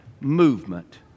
movement